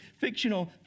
fictional